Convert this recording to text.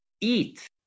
eat